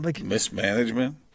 Mismanagement